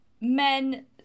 men